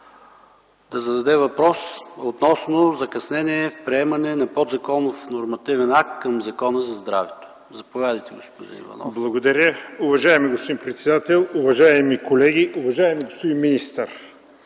да зададе въпрос относно закъснение в приемане на подзаконов нормативен акт към Закона за здравето. Заповядайте, господин Иванов. ИВАН Н. ИВАНОВ (СК): Благодаря. Уважаеми господин председател, уважаеми колеги! Уважаеми господин министър,